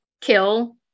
kill